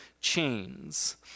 chains